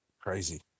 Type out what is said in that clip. Crazy